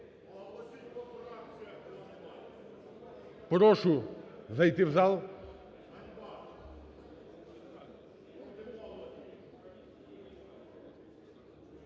Прошу зайти в зал.